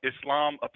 Islam